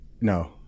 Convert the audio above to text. No